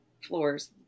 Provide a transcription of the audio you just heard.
floors